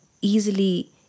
easily